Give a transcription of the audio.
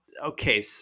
Okay